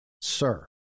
sir